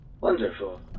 Wonderful